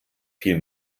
viel